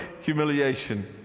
humiliation